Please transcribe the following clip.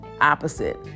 opposite